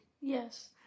Yes